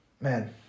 man